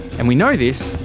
and we know this,